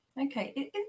Okay